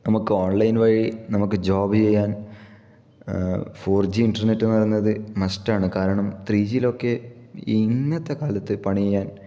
നമുക്ക് ഓൺലൈൻ വഴി നമുക്ക് ജോബ് ചെയ്യാൻ ഫോർ ജി ഇന്റർനെറ്റ് എന്ന് പറയുന്നത് മസ്റ്റ് ആണ് കാരണം ത്രീ ജിയിൽ ഒക്കെ ഇന്നത്തെ കാലത്ത് പണി ചെയ്യാൻ